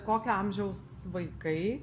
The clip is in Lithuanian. kokio amžiaus vaikai